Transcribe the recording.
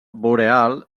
boreal